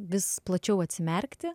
vis plačiau atsimerkti